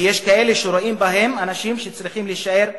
ויש כאלה שרואים בהם אנשים שצריכים להישאר בחושך,